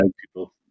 people